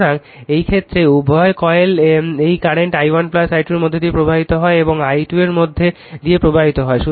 সুতরাং সেই ক্ষেত্রে উভয় কয়েল এই কারেন্ট i1 i2 এর মধ্য দিয়ে প্রবাহিত হয় এবং i2 এর মধ্য দিয়ে প্রবাহিত হয়